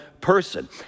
person